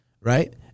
Right